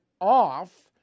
off